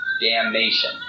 damnation